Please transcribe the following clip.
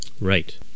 Right